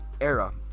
era